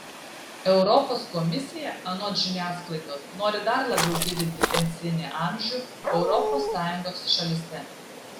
europos komisija anot žiniasklaidos nori dar labiau didinti pensinį amžių europos sąjungos šalyse